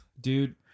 Dude